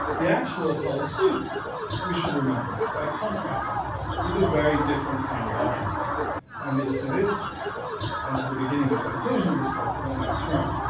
the actual apollo suit we should remember by contrast was a very different kind of object and is to this and to the beginning of the conclusion of this talk that i now turn.